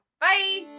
Bye